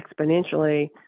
exponentially